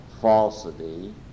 falsity